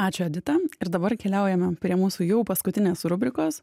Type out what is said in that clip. ačiū edita ir dabar keliaujame prie mūsų jau paskutinės rubrikos